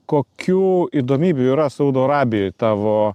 kokių įdomybių yra saudo arabijoj tavo